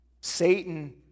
Satan